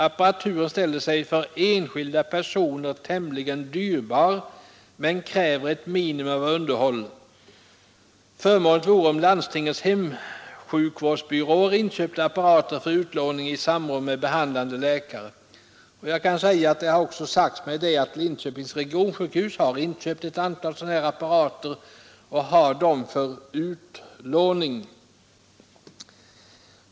Apparaturen ställer sig för enskilda personer tämligen dyrbar men kräver ett minimum av underhåll. Förmånligt vore om landstingens hemsjukvårdsbyråer inköpte apparater för utlåning i samråd med behandlande läkare.” Det har också sagts mig att Linköpings regionsjukhus har inköpt ett antal apparater av ifrågavarande slag för utlåning.